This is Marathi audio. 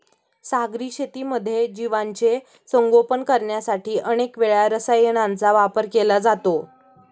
सागरी शेतीमध्ये जीवांचे संगोपन करण्यासाठी अनेक वेळा रसायनांचा वापर केला जातो